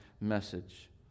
message